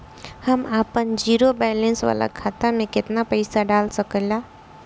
हम आपन zero balance वाला खाता मे केतना पईसा डाल सकेला?